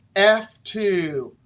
f two.